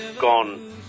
gone